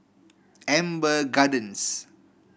Amber Gardens